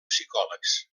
psicòlegs